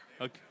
Okay